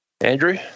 Andrew